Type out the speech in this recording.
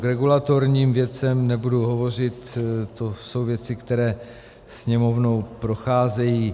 K regulatorním věcem nebudu hovořit, to jsou věci, které Sněmovnou procházejí.